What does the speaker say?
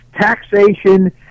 Taxation